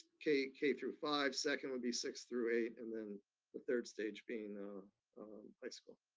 k k through five, second would be six through eight, and then the third stage being high school.